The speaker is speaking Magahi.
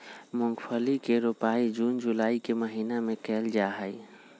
मूंगफली के रोपाई जून जुलाई के महीना में कइल जाहई